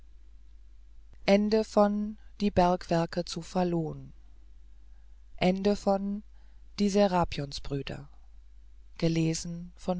den bergwerken zu falun